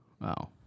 Wow